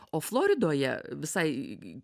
o floridoje visai